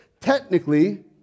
Technically